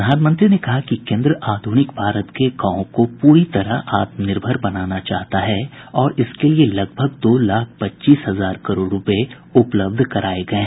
प्रधानमंत्री ने कहा कि केन्द्र आधुनिक भारत के गांवों को पूरी तरह आत्मनिर्भर बनाना चाहता है और इसके लिए लगभग दो लाख पच्चीस हजार करोड़ रुपए उपलब्ध कराए गये हैं